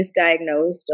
misdiagnosed